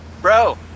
Bro